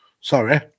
sorry